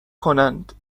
کنند